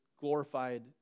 glorified